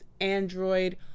Android